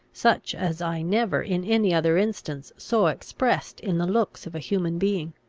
such as i never in any other instance saw expressed in the looks of a human being.